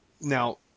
now